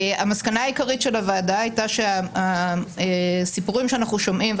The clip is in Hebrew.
המסקנה העיקרית של הוועדה הייתה שהסיפורים שאנחנו שומעים,